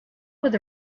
with